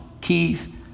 Keith